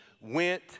went